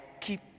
keep